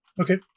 Okay